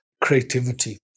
creativity